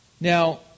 now